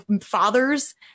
fathers